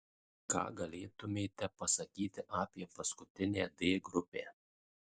ką galėtumėte pasakyti apie paskutinę d grupę